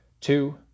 Two